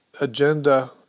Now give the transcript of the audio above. Agenda